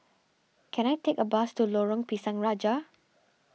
can I take a bus to Lorong Pisang Raja